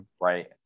right